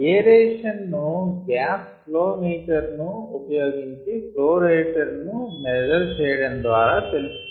aeration ను gas flow meter ను ఉపయోగించి ఫ్లో రేట్ ను మెజర్ చేయడం ద్వారా తెలిసికోవచ్చు